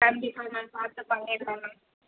கண்டிப்பாக மேம் பார்த்து பண்ணிடலாம் மேம்